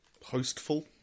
hostful